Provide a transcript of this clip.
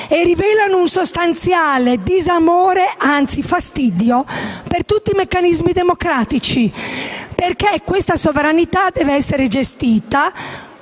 e rivelano un sostanziale disamore, anzi un fastidio per tutti i meccanismi democratici. Questa sovranità deve infatti essere gestita